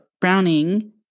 Browning